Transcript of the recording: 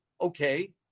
okay